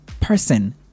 person